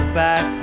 back